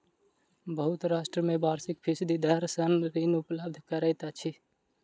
बहुत राष्ट्र में वार्षिक फीसदी दर सॅ ऋण उपलब्ध करैत अछि